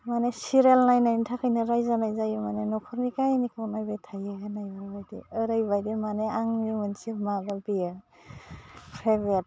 माने सिरियाल नायनायनि थाखायनो रायजानाय जायो माने नखरनि खाहिनिखौ नायबाय थायो होननाय बेबायदि ओरैबायदि माने आंनि मोनसे माबा बेयो फेबेट